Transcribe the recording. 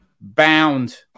bound